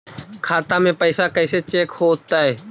खाता में पैसा कैसे चेक हो तै?